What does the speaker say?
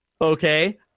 okay